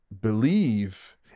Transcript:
believe